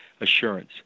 assurance